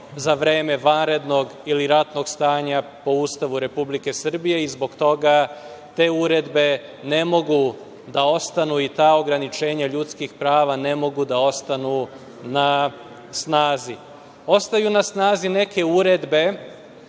za vreme vanrednog ili ratnog stanja po Ustavu Republike Srbije i zbog toga te uredbe ne mogu da ostanu i ta ograničenja ljudskih prava ne mogu da ostanu na snazi. Ostaju na snazi neke uredbe